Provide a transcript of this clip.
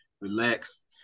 relax